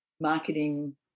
marketing